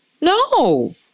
no